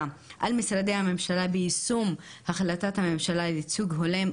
על משרדי הממשלה ביישום החלטת הממשלה לייצוג הולם,